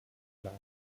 clark